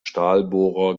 stahlbohrer